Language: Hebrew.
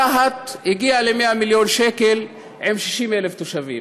רהט הגיעה ל-100 מיליון שקל עם 60,000 תושבים.